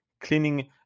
cleaning